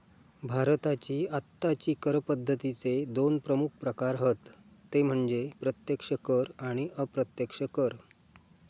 भारताची आत्ताची कर पद्दतीचे दोन प्रमुख प्रकार हत ते म्हणजे प्रत्यक्ष कर आणि अप्रत्यक्ष कर